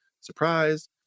Surprise